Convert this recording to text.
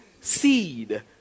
Seed